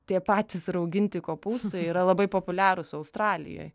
tie patys rauginti kopūstai yra labai populiarūs australijoj